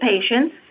patients